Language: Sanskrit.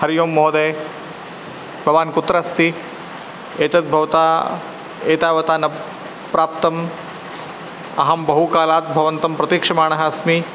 हरिः ओं महोदय भवान् कुत्र अस्ति एतद् भवता एतावता न प्राप्तम् अहं बहुकालात् भवन्तम् प्रतीक्षमाणः अस्मि